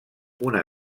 una